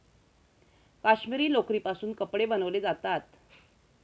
काश्मिरी लोकरीपासून कपडे बनवले जातात